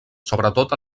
sobretot